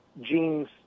genes